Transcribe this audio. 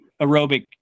aerobic